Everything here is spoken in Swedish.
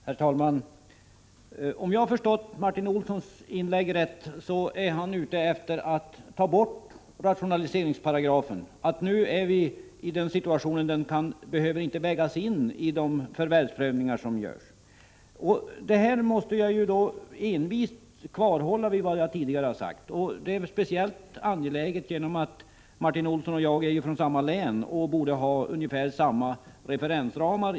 Herr talman! Om jag har förstått Martin Olssons inlägg rätt är han ute efter att ta bort rationaliseringsparagrafen. Han tycks mena att vi nu är i den situationen att rationaliseringsfrågorna inte behöver vägas in vid förvärvsprövningarna. På den punkten måste jag säga att jag envist kommer att hålla fast vid vad jag tidigare har sagt — det är speciellt angeläget att vi får detta utrett eftersom Martin Olsson och jag kommer från samma län, och vi borde därför ha ungefär samma referensramar.